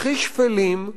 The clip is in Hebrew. הכי שפלים,